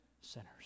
sinners